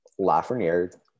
Lafreniere